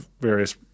various